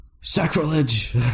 Sacrilege